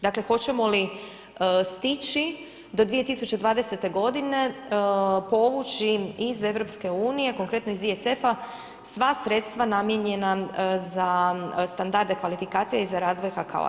Dakle, hoćemo li stići do 2020. godine povući iz EU, konkretno iz ISFA sva sredstva namijenjena za standarde kvalifikacije i razvoj HKO-a.